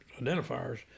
identifiers